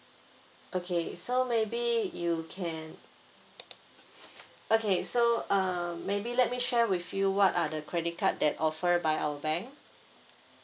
okay so maybe you can okay so uh maybe let me share with you what are the credit card that offer by our bank